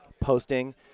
posting